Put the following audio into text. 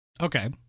Okay